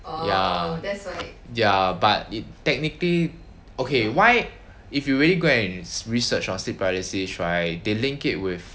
ya ya but it technically okay why if you really go and research on sleep paralysis right they linked it with